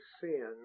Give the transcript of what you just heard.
sin